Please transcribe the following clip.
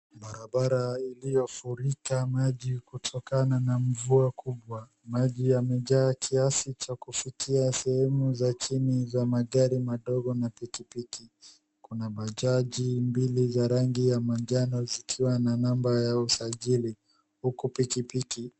Barabara iliyofurika maji kutokana na mvua kubwa. Maji yamejaa kiasi cha kufikia sehemu za chini za magari madogo na pikipiki. Kuna bajaji mbili za rangi ya manjano zikiwa na namba ya usajili huku pikipiki...